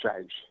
change